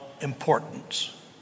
importance